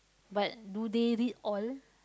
but do they read all